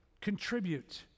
contribute